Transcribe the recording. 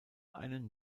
einen